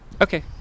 Okay